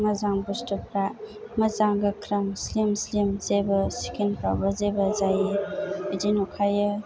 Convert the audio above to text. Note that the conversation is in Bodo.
मोजां बुस्थुफ्रा मोजां गोख्रों स्लिम स्लिम जेबो स्खिनफ्राबो जेबो जायै बिदि नुखायो